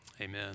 Amen